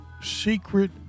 secret